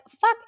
fuck